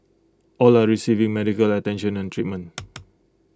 all are receiving medical attention and treatment